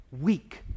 weak